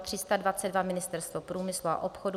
322 Ministerstvo průmyslu a obchodu